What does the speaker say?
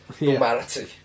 normality